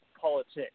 politics